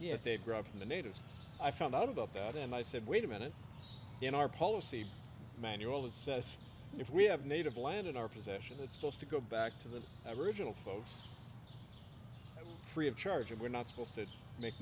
they grew up in the natives i found out about that and i said wait a minute in our policy manual it says if we have native land in our possession that's supposed to go back to the original folks free of charge and we're not supposed to make